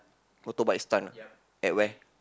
motor bike stunt ah at where